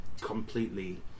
completely